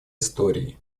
истории